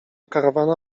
karawana